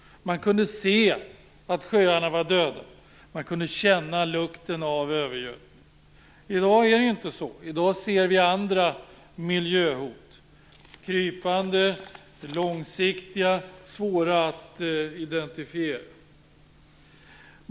Man kunde se att sjöarna var döda. Man kunde känna lukten av övergödning. I dag är det inte så . I dag ser vi andra miljöhot, krypande, långsiktiga och svåra att identifiera.